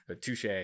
Touche